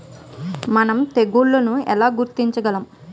మనం తెగుళ్లను ఎలా గుర్తించగలం?